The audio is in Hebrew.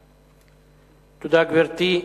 תודה, גברתי.